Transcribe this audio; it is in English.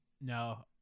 No